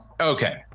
okay